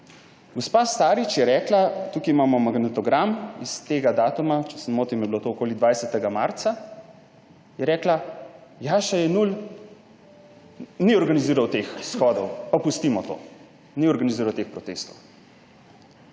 Gospa Starič je rekla, tukaj imamo magnetogram iz tega datuma, če se ne motim, je bilo to okoli 20. marca, je rekla: »Jaša Jenull ni organiziral teh shodov.« Pa pustimo to. Ni organiziral teh protestov.